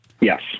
Yes